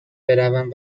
بروم